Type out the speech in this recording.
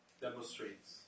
demonstrates